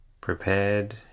prepared